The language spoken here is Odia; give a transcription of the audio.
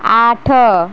ଆଠ